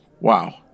Wow